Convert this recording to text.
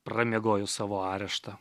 pramiegojo savo areštą